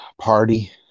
party